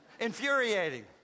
infuriating